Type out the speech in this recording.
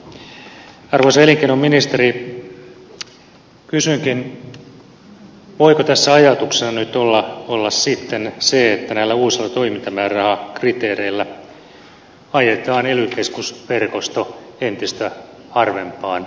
arvoisa elinkeinoministeri kysynkin voiko tässä ajatuksena nyt olla sitten se että näillä uusilla toimintamäärärahakriteereillä ajetaan ely keskusverkosto entistä harvempaan kuosiin